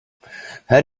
her